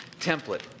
template